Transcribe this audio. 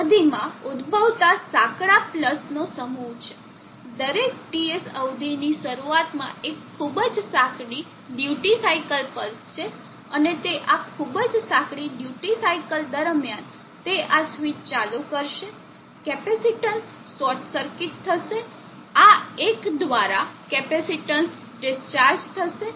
અવધિમાં ઉદ્ભભવતા સાંકડા પ્લસનો સમૂહ છે દરેક TS અવધિની શરૂઆતમાં એક ખૂબ જ સાંકડી ડ્યુટી સાઇકલ પલ્સ છે અને તે આ ખૂબ જ સાંકડી ડ્યુટી સાઇકલ દરમ્યાન તે આ સ્વીચ ચાલુ કરશે કેપેસિટીન્સ શોર્ટ સર્કિટ થશે આ એક દ્વારા કેપેસિટેન્સ ડિસ્ચાર્જ થશે